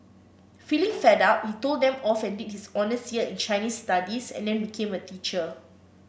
feeling fed up he told them off and did his honours year in Chinese Studies and then became a teacher